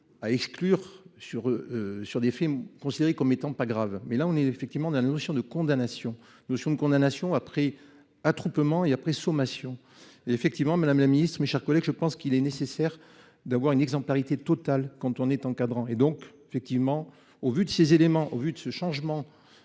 à exclure sur. Sur des films considérés comme étant pas grave mais là on est effectivement dans la notion de condamnation notion de condamnation. Attroupement et après sommation. Effectivement, Madame la Ministre, mes chers collègues, je pense qu'il est nécessaire d'avoir une exemplarité totale quand on est encadrant et donc effectivement, au vu de ces éléments au vu de ce changement.